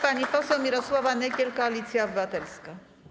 Pani poseł Mirosława Nykiel, Koalicja Obywatelska.